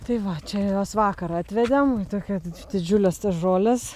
tai va čia juos vakar atvedėm tokia didžiulės tos žolės